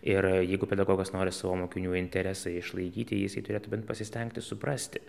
ir jeigu pedagogas nori savo mokinių interesą išlaikyti jisai turėtų bent pasistengti suprasti